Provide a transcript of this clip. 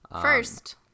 First